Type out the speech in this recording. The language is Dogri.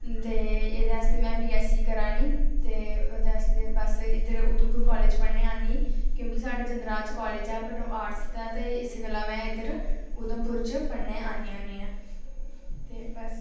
ते एह्दे आस्तै में बी एस सी करा नी ते ओह्दे आस्तै बस इद्धर उधमपुर कॉलेज पढ़ने ई आह्नी क्योंकि साढ़े जंद्राह कॉलेज ते ऐ बट आर्टस दा ऐ ते इत्त गल्ला में इद्धर उधमपुर च पढ़ने गी आन्नी होन्नी आं ते बस